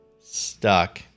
stuck